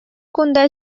кунта